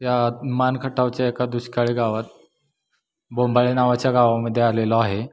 या माण खटावच्या एका दुष्काळी गावात बोंबाळी नावाच्या गावामध्ये आलेलो आहे